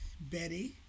Betty